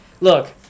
Look